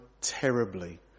terribly